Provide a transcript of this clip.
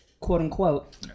quote-unquote